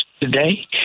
today